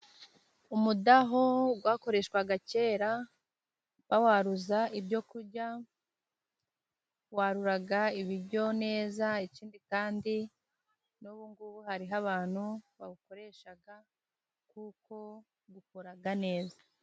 Umudaho wakoreshwaga kera bawaruza ibyo kurya, warura ibiryo neza ikindi kandi n'ubu ngubu hariho abantu bawukoresha kuko ukora neza.